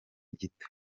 gito